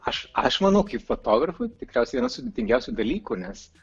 aš aš manau kaip fotografui tikriausiai vienas sudėtingiausių dalykų nes